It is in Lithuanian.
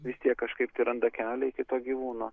vis tiek kažkaip tai randa kelią iki to gyvūno